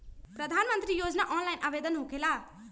प्रधानमंत्री योजना ऑनलाइन आवेदन होकेला?